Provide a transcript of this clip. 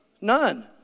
None